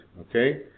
okay